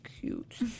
cute